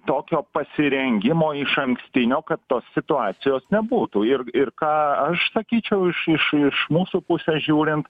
tokio pasirengimo išankstinio kad tos situacijos nebūtų ir ir ką aš sakyčiau iš iš iš mūsų pusės žiūrint